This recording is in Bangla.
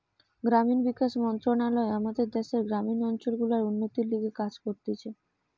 গ্রামীণ বিকাশ মন্ত্রণালয় আমাদের দ্যাশের গ্রামীণ অঞ্চল গুলার উন্নতির লিগে কাজ করতিছে